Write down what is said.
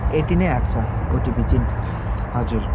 यति नै आएको छ ओटिपी चाहिँ हजुर